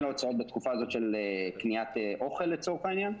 הוצאות בתקופה הזאת של קניית אוכל לצורך העניין.